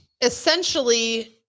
essentially